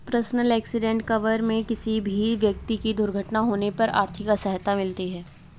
personal accident cover में किसी भी व्यक्ति की दुर्घटना होने पर आर्थिक सहायता मिलती है